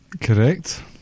Correct